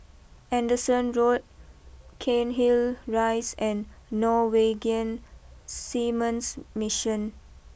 Anderson Road Cairnhill Rise and Norwegian Seamens Mission